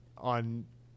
on